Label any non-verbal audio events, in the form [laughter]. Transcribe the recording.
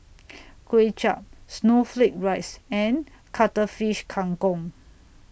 [noise] Kway Chap Snowflake Rice and Cuttlefish Kang Kong